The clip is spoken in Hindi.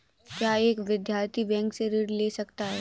क्या एक विद्यार्थी बैंक से ऋण ले सकता है?